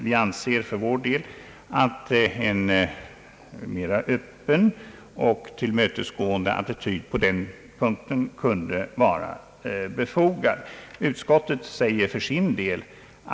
Vi anser för vår del att en mera öppen och tillmötesgående attityd på den punkten kunde vara befogad.